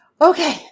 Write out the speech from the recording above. Okay